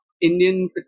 Indian